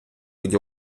будь